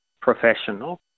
professional